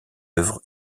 œuvre